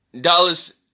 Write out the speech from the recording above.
dollars